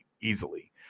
easily